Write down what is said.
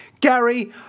Gary